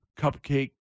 cupcake